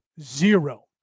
zero